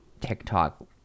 TikTok